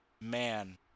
man